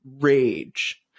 Rage